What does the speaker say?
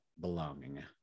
belonging